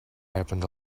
happened